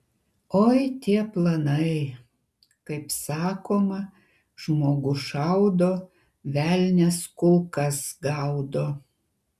oi tie planai kaip sakoma žmogus šaudo velnias kulkas gaudo